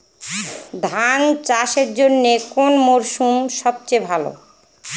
ধান চাষের জন্যে কোন মরশুম সবচেয়ে ভালো?